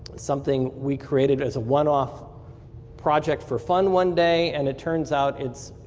something we created as a one off project for fun one day and it turns out it's